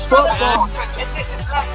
Football